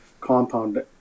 compound